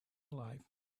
alive